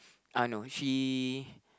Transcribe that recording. uh no she